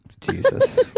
Jesus